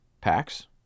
packs